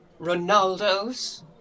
Ronaldos